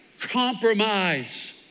Compromise